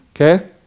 okay